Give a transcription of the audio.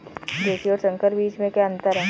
देशी और संकर बीज में क्या अंतर है?